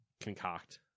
concoct